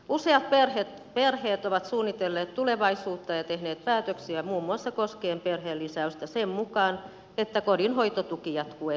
useat perheet ovat suunnitelleet tulevaisuutta ja tehneet päätöksiä muun muassa koskien perheenlisäystä sen mukaan että kotihoidon tuki jatkuu entisellään